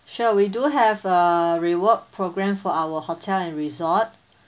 sure we do have a reward programme for our hotel and resort